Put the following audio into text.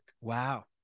wow